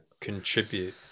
contribute